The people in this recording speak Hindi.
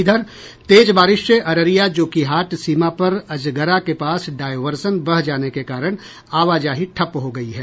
इधर तेज बारिश से अररिया जोकीहाट सीमा पर अजगरा के पास डायवर्सन बह जाने के कारण आवाजाही ठप्प हो गयी है